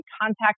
contact